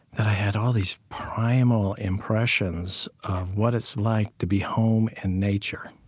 that i had all these primal impressions of what it's like to be home in nature.